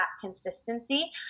consistency